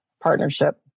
partnership